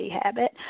habit